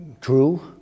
true